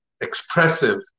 expressive